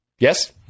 Yes